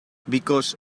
because